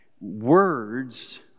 words